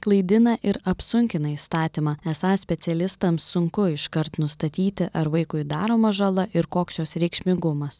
klaidina ir apsunkina įstatymą esą specialistams sunku iškart nustatyti ar vaikui daroma žala ir koks jos reikšmingumas